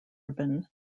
ribbon